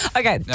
okay